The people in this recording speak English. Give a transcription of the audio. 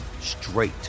straight